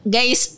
Guys